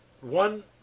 one